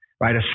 right